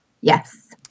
Yes